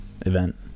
event